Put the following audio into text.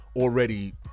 already